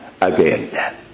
again